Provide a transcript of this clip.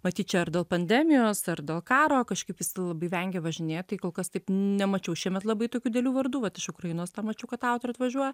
matyt čia ar dėl pandemijos ar dėl karo kažkaip visi labai vengia važinėt tai kol kas taip nemačiau šiemet labai tokių didelių vardų vat iš ukrainos na mačiau kad autorių atvažiuoja